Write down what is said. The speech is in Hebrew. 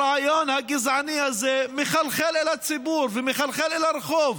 הרעיון הגזעני הזה מחלחל אל הציבור ומחלחל אל הרחוב,